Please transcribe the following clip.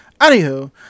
Anywho